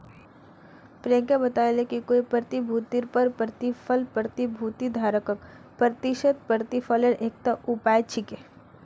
प्रियंका बताले कि कोई प्रतिभूतिर पर प्रतिफल प्रतिभूति धारकक प्रत्याशित प्रतिफलेर एकता उपाय छिके